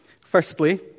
Firstly